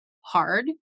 hard